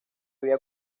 había